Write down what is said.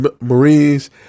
Marines